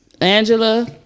Angela